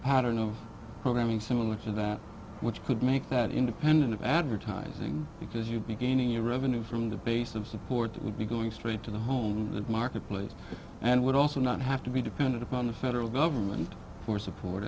pattern of programming similar to that which could make that independent of advertising because you'd be gaining new revenue from the base of support that would be going straight to the home marketplace and would also not have to be dependent upon the federal government for support